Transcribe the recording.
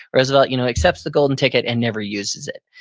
roosevelt you know accepts the golden ticket and never uses it.